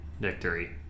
victory